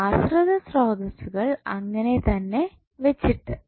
ആശ്രിത സ്രോതസ്സ്കൾ അങ്ങനെ തന്നെ വെച്ചിട്ട്